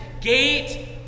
gate